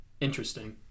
Interesting